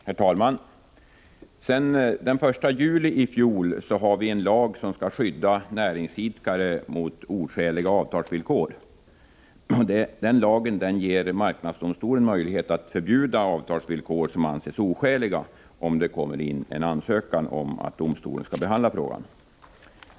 Herr talman! Sedan den 1 juli i fjol har vi en lag som skall skydda näringsidkare mot oskäliga avtalsvillkor. Denna lag ger marknadsdomstolen möjlighet att förbjuda avtalsvillkor som anses oskäliga, om det kommer in en ansökan om att domstolen skall behandla frågan.